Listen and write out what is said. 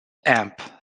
amp